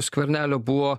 skvernelio buvo